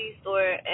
store